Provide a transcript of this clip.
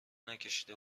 نکشیده